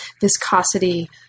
Viscosity